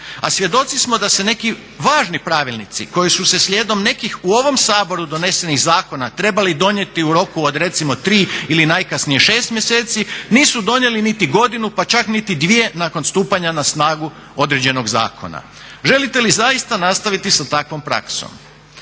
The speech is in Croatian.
A svjedoci smo da se neki važni pravilnici koji su se slijedom nekih u ovom Saboru donesenih zakona trebali donijeti u roku od recimo 3 ili najkasnije 6 mjeseci nisu donijeli niti godinu pa čak niti dvije nakon stupanja na snagu određenog zakona. Želite li zaista nastaviti sa takvom praksom?